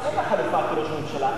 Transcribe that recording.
אז אין לה חלופה כראש ממשלה,